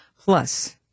plus